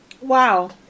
Wow